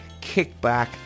kickback